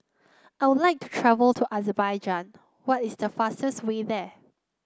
I would like to travel to Azerbaijan what is the fastest way there